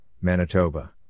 Manitoba